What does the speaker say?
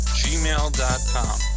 gmail.com